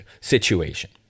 Situation